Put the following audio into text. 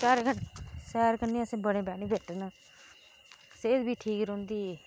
सैर सैर करने असें बड़े बैनिफेट नै सेहत बी ठीक रौहंदी